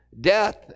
death